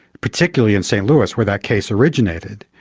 particularly in st louis where that case originated,